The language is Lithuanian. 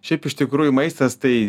šiaip iš tikrųjų maistas tai